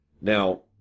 Now